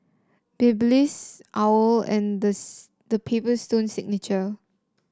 Babyliss OWL and the The Paper Stone Signature